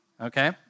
Okay